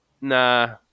Nah